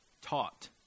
taught